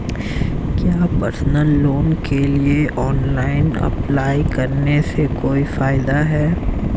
क्या personal loan के लिए ऑनलाइन अप्लाई करने से कोई फायदा है?